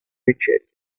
richard